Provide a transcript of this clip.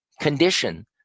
condition